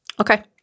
Okay